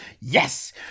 Yes